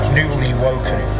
newly-woken